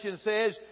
says